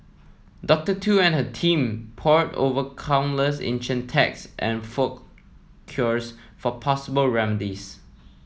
Doctor Tu and her team pored over countless ancient texts and folk cures for possible remedies